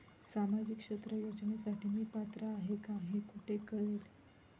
सामाजिक क्षेत्र योजनेसाठी मी पात्र आहे का हे कुठे कळेल?